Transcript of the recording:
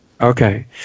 Okay